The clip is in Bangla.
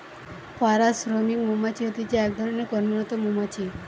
পাড়া শ্রমিক মৌমাছি হতিছে এক ধরণের কর্মরত মৌমাছি